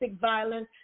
violence